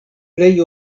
plej